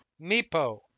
Meepo